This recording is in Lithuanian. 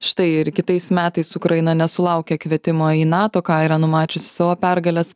štai ir kitais metais ukraina nesulaukia kvietimo į nato ką yra numačiusi savo pergalės